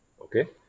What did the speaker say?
okay